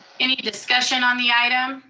any discussion on the item